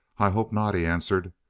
i hope not, he answered.